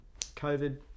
covid